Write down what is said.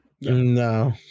No